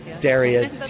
Daria